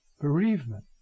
bereavement